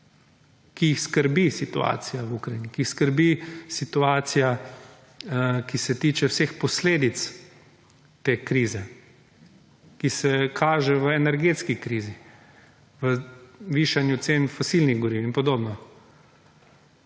ki jih skrbi situacija v Ukrajini, ki jih skrbi situacija, ki se tiče vseh posledic te krize, ki se kaže v energetski krizi, v višanju cen fosilnih goriv in podobno.